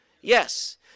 Yes